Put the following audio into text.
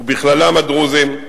ובכללם הדרוזיים.